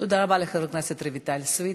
תודה רבה לחברת הכנסת רויטל סויד.